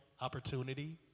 opportunity